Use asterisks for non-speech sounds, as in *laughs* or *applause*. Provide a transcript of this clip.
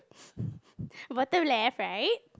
*laughs* bottom left right